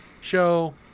show